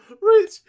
Rich